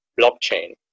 blockchain